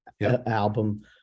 album